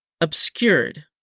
obscured